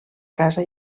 casa